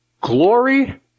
glory